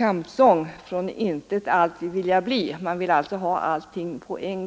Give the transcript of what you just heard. allting; ”från intet allt vi vilja bli”, för att citera en välkänd kampsång.